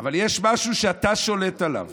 אבל יש משהו שאתה שולט עליו